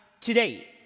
today